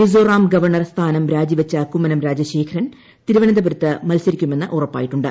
Mizoram governor സ്ഥാനം രാജിവെച്ച കുമ്മനം രാജശേഖരൻ തിരുവനന്തപുരത്ത് മത്സരിക്കുമെന്ന് ഉറപ്പായിട്ടുണ്ട്